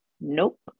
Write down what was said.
Nope